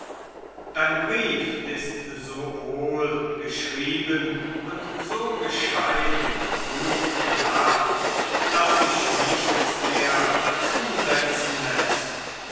dein brief ist so wohl geschrieben und so gescheit und klug gedacht daß sich nichts mehr dazusetzen läßt